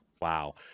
Wow